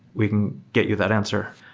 we can get you that answer.